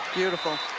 beautiful.